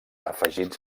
afegits